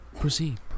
proceed